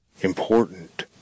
important